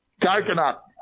coconut